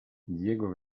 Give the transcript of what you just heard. diego